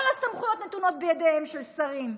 כל הסמכויות נתונות בידיהם של שרים,